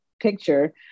picture